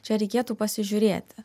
čia reikėtų pasižiūrėti